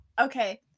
Okay